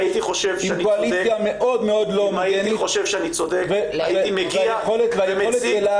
עם קואליציה מאוד מאוד לא הומוגנית והיכולת שלה